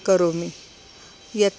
करोमि यत्